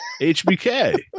HBK